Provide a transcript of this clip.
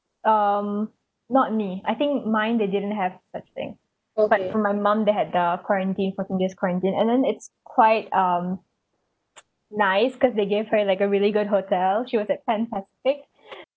um not me I think mine they didn't have such thing but for my mum they had the quarantine fourteen days quarantine and then it's quite um nice cause they gave her like a really good hotel she was at pan pacific